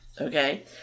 Okay